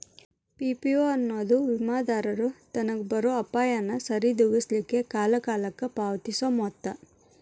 PPO ಎನ್ನೊದು ವಿಮಾದಾರರು ತನಗ್ ಬರೊ ಅಪಾಯಾನ ಸರಿದೋಗಿಸ್ಲಿಕ್ಕೆ ಕಾಲಕಾಲಕ್ಕ ಪಾವತಿಸೊ ಮೊತ್ತ